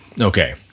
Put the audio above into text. Okay